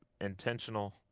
intentional